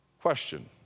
Question